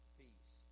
peace